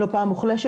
לא פעם מוחלשת,